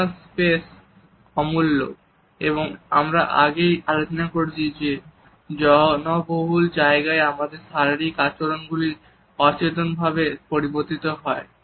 personal space অমূল্য এবং আমরা আগেই আলোচনা করেছি যে জনবহুল জায়গায় আমাদের শারীরিক আচরণ গুলি অচেতন ভাবে পরিবর্তিত হয়